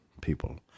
people